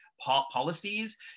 policies